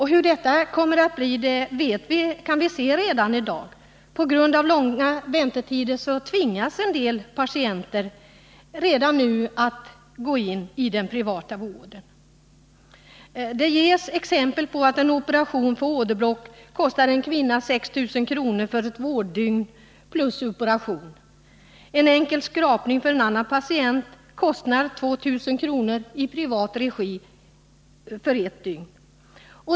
Hur detta kommer att bli kan vi se redan i dag — på grund av långa väntetider tvingas en del patienter redan nu att gå in i den privata vården. Det ges exempel på att vård för åderbråck kostar en kvinna 6 000 kr. för ett vårddygn plus operation. En enkel skrapning kostar 2 000 kr. i privat regi för ett dygn.